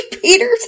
Peters